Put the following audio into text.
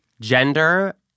Gender